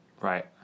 Right